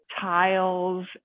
tiles